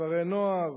כפרי נוער,